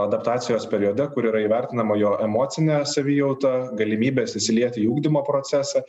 adaptacijos periode kur yra įvertinama jo emocinė savijauta galimybės įsilieti į ugdymo procesą